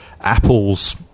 Apple's